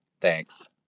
Thanks